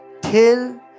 till